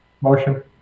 Motion